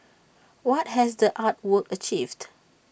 what has the art work achieved